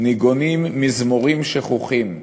ניגונים מזמורים שכוחים".